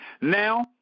Now